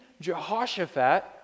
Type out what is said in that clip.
Jehoshaphat